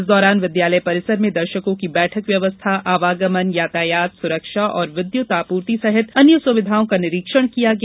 इस दौरान विद्यालय परिसरों में दर्शकों की बैठक व्यवस्था आवागमन यातायात सुरक्षा और विद्युत आपूर्ति सहित अन्य सुविधाओं का निरीक्षण किया गया